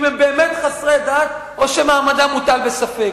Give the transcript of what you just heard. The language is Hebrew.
הם באמת חסרי דת או שמעמדם מוטל בספק.